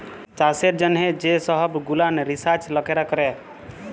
চাষের জ্যনহ যে সহব গুলান রিসাচ লকেরা ক্যরে